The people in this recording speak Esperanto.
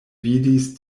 vidis